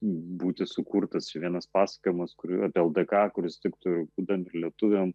būti sukurtas vienas pasakojimas kurio dėka kuris tiktų būtent ir lietuviam